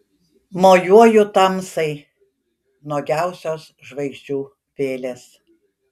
mojuoju tamsai nuogiausios žvaigždžių vėlės